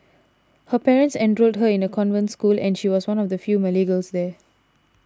her parents enrolled her in a convent school and she was one of the few Malay girls there